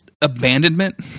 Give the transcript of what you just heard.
abandonment